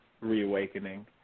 reawakening